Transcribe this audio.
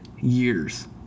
years